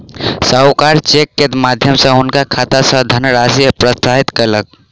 साहूकार चेक के माध्यम सॅ हुनकर खाता सॅ धनराशि प्रत्याहृत कयलक